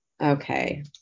Okay